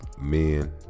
men